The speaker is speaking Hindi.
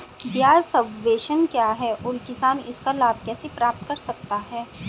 ब्याज सबवेंशन क्या है और किसान इसका लाभ कैसे प्राप्त कर सकता है?